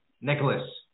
Nicholas